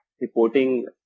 reporting